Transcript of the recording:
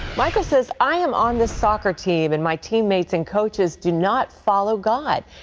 michael says, i am on the soccer team, and my teammates and coaches do not follow god.